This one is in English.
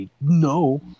No